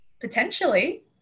potentially